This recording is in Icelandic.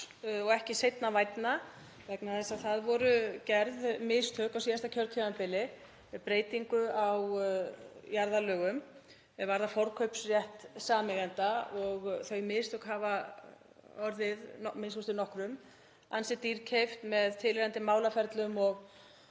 og ekki seinna vænna vegna þess að það voru gerð mistök á síðasta kjörtímabili með breytingu á jarðalögum er vörðuðu forkaupsrétt sameigenda og þau mistök hafa orðið a.m.k. nokkrum ansi dýrkeypt með tilheyrandi málaferlum og